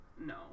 No